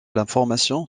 l’information